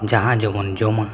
ᱡᱟᱦᱟᱸ ᱡᱚ ᱵᱚᱱ ᱡᱚᱢᱟ